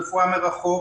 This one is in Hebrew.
רפואה מרחוק.